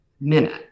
minute